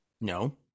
No